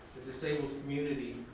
disabled community